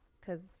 Cause